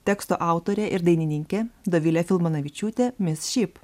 teksto autorė ir dainininkė dovilė filmanavičiūtė miss sheep